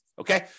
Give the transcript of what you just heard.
okay